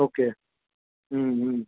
okay hmm hmm